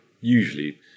usually